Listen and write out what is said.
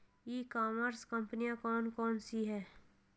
ई commerce कंपनियाँ कौन कौन सी हैं?